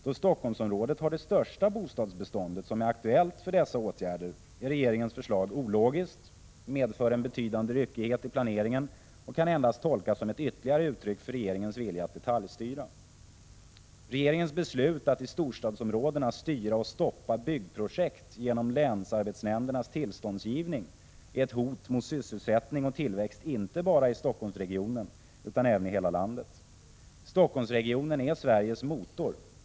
Då Stockholmsområdet har det största bostadsbeståndet som är aktuellt för dessa åtgärder är regeringens förslag ologiskt, medför en betydande ryckighet i planeringen och kan endast tolkas som ett ytterligare uttryck för regeringens vilja att detaljstyra. Regeringens beslut att i storstadsområdena styra och stoppa byggprojekt genom länsarbetsnämndernas tillståndsgivning är ett hot mot sysselsättning och tillväxt inte bara i Stockholmsregionen utan i hela landet. Stockholmsregionen är Sveriges motor.